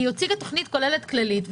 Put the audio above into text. היא הציגה תוכנית כוללת כללית.